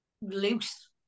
loose